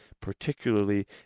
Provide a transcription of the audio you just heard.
particularly